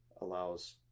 allows